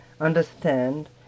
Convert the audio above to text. understand